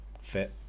Fit